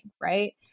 Right